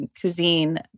cuisine